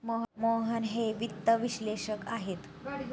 मोहन हे वित्त विश्लेषक आहेत